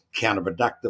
counterproductive